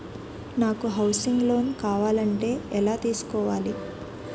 నాకు housing loan కావాలంటే ఎలా తీసుకోవాలి?